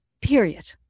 period